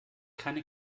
keine